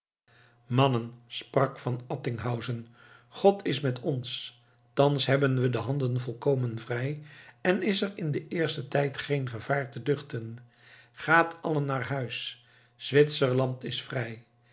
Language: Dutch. mannen sprak van attinghausen god is met ons thans hebben we de handen volkomen vrij en is er in den eersten tijd geen gevaar te duchten gaat allen naar huis zwitserland is vrij